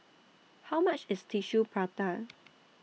How much IS Tissue Prata